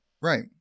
Right